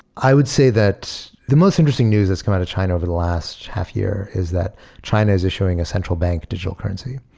i would say that the most interesting news that's come out of china over the last half year is that china is issuing a central bank digital currency,